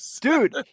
dude